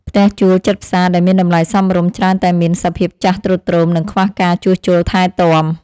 ផ្ទះជួលជិតផ្សារដែលមានតម្លៃសមរម្យច្រើនតែមានសភាពចាស់ទ្រុឌទ្រោមនិងខ្វះការជួសជុលថែទាំ។